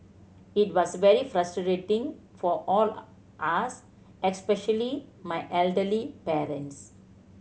it was very frustrating for all us especially my elderly parents